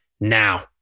now